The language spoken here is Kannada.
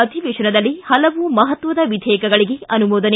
ಅಧಿವೇಶನದಲ್ಲಿ ಹಲವು ಮಹತ್ವದ ವಿಧೇಯಕಗಳಿಗೆ ಅನುಮೋದನೆ